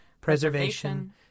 preservation